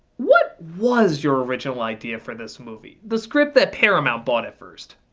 what was your original idea for this movie? the script that paramount bought at first?